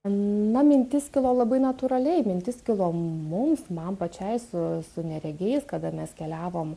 na mintis kilo labai natūraliai mintis kilo mums man pačiai su su neregiais kada mes keliavom